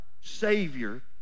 Savior